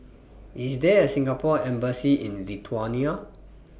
IS There A Singapore Embassy in Lithuania